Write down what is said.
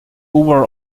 were